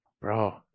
bro